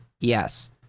Yes